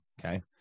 okay